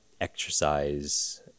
exercise